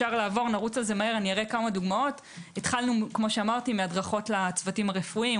התחלנו מהדרכות לצוותים הרפואיים,